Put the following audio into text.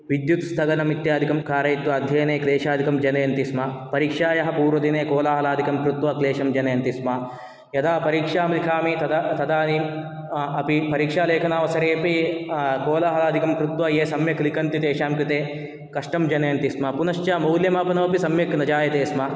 विद्युत्स्थगनम् इत्यादिकं कारयित्वा अध्ययने क्लेशादिकं जनयन्ति स्म परीक्षायाः पूर्वदिने कोलाहलादिकं कृत्वा क्लेशं जनयन्ति स्म यदा परीक्षां लिखामि तदा तदानीम् अपि परीक्षालेखनावसरे अपि कोलाहलादिकं कृत्वा ये सम्यक् लिखन्ति तेषां कृते कष्टं जनयन्ति स्म पुनश्च मूल्यमापनमपि सम्यक् न जायते स्म